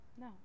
No